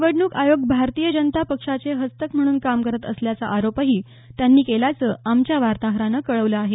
निवडणूक आयोग भारतीय जनता पक्षाचे हस्तक म्हणून काम करत असल्याचा आरोपही त्यांनी केल्याचं आमच्या वार्ताहरानं कळवलं आहे